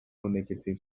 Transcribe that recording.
negative